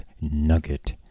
nugget